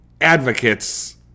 advocates